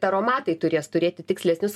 taromatai turės turėti tikslesnius